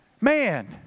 Man